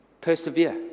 Persevere